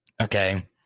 Okay